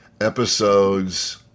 Episodes